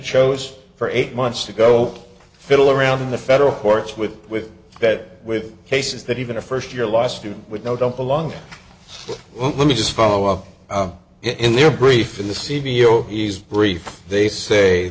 chose for eight months to go fiddle around in the federal courts with with that with cases that even a first year law student would know don't belong let me just follow up in their brief in the cvo he's briefed they say